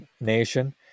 Nation